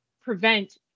prevent